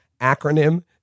acronym